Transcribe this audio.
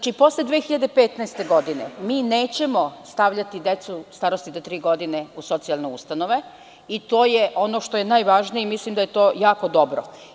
Posle 2015. godine mi nećemo stavljati decu starosti do tri godine u socijalne ustanove i to je ono što je najvažnije i mislim da je to jako dobro.